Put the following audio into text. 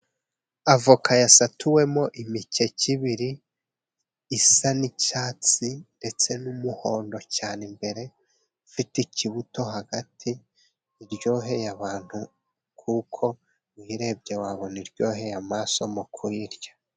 Avoka yasatuwemo imikeke ebyiri isa n'icyatsi ndetse n'umuhondo cyane ,imbere ifite ikibuto ,hagati iryoheye abantu kuko uyirebye wabona iryoheye amasora mu kuyirya.